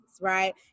right